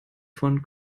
von